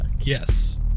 Yes